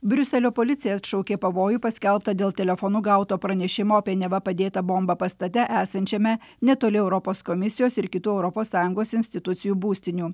briuselio policija atšaukė pavojų paskelbtą dėl telefonu gauto pranešimo apie neva padėtą bombą pastate esančiame netoli europos komisijos ir kitų europos sąjungos institucijų būstinių